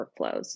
workflows